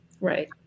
right